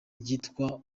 ryitwa